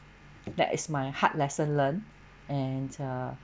that is my hard lesson learn and uh